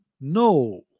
No